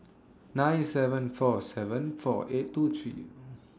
nine seven four seven four eight two three